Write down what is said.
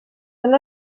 una